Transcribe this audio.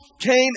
came